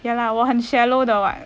ya lah 我很 shallow the what